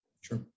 Sure